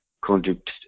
conduct